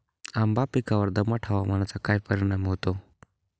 आंबा पिकावर दमट हवामानाचा काय परिणाम होतो?